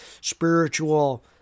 spiritual